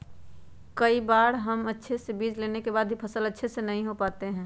कई बार हम अच्छे बीज लेने के बाद भी फसल अच्छे से नहीं हो पाते हैं?